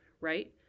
right